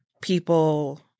people